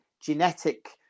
genetic